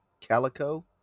Calico